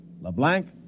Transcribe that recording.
LeBlanc